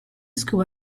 school